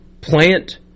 plant